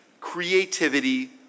creativity